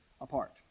apart